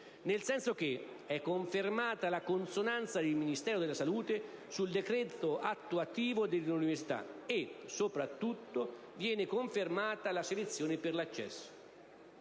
nel senso che è confermata la consonanza del Ministero della salute sul decreto attuativo dell'università e, soprattutto, viene confermata la selezione per l'accesso.